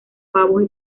pavos